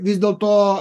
vis dėlto